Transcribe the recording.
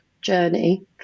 journey